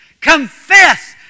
Confess